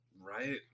Right